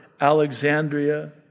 Alexandria